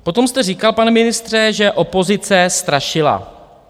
Potom jste říkal, pane ministře, že opozice strašila.